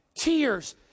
tears